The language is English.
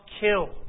kill